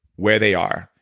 where they are.